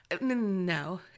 no